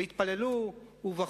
התפללו ובכו,